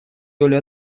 долю